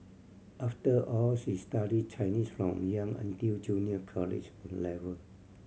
after all she studied Chinese from young until junior college level